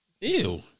Ew